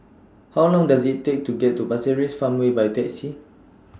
How Long Does IT Take to get to Pasir Ris Farmway By Taxi